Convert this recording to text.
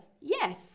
yes